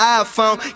iPhone